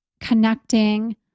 connecting